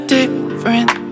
different